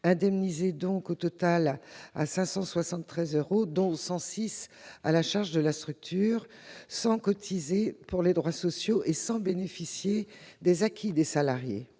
indemnisées 573 euros, dont 106 euros à la charge de la structure, sans cotiser pour les droits sociaux et sans bénéficier des acquis des salariés.